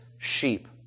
sheep